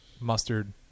Mustard